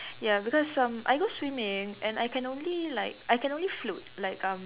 ya because some I go swimming and I can only like I can only float like um